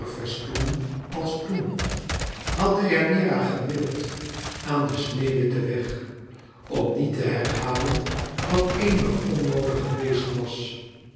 lauwerfestoenen als toen had deianeira gewild aan den sneeuwwitten weg om niet te herhalen wat eenmaal onnoodig geweest was